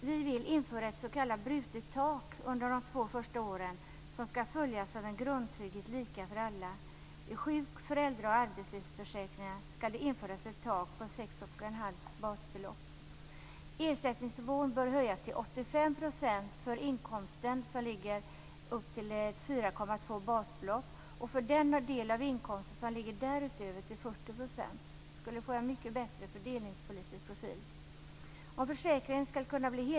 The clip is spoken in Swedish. Vi vill införa ett s.k. brutet tak under de två första åren som skall följas av en grundtrygghet som är lika för alla. I sjuk-, föräldra och arbetslöshetsförsäkringarna skall det införas ett tak på 6 1⁄2 basbelopp. Ersättningsnivån bör höjas till 85 % för inkomsten upp till 4,2 basbelopp. Och för den del av inkomsten som ligger därutöver bör ersättningsnivån ligga på 40 %.